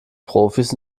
profis